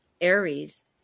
Aries